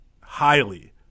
highly